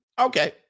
Okay